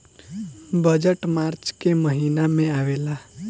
budget March के महिना में आवेला